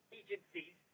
agencies